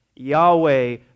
Yahweh